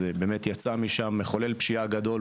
אז באמת יצא משם מכולל פשיעה גדול,